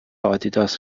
آدیداس